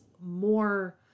more